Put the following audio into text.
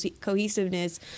cohesiveness